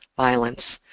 violence,